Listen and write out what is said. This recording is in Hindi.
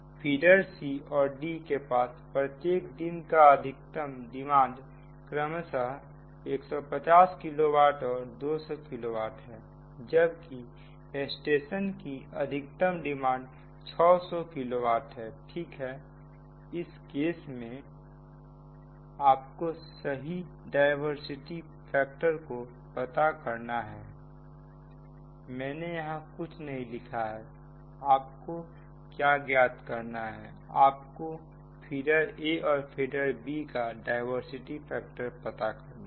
फीडर C और D के पास प्रत्येक दिन का अधिकतम डिमांड क्रमश 150 किलो वाट और 200 किलो वाट है जबकि स्टेशन की अधिकतम डिमांड 600 किलो वाट है ठीक है इस केस में आपको सही डायवर्सिटी फैक्टर को पता करना है मैंने यहां कुछ नहीं लिखा है की आपको क्या ज्ञात करना है आपको फीडर A और B का डायवर्सिटी फैक्टर पता करना है